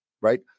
right